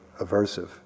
aversive